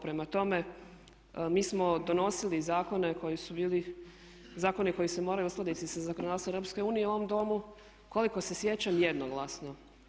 Prema tome, mi smo donosili zakone koji su bili, zakoni koji se moraju uskladiti sa zakonodavstvom EU u ovom Domu koliko se sjećam jednoglasno.